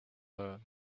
her